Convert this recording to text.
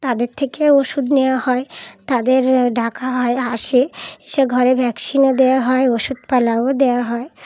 তাদের থেকেও ওষুধ নেওয়া হয় তাদের ডাকা হয় আসে এসে ঘরে ভ্যাকসিনও দেওয়া হয় ওষুধপালাও দেওয়া হয়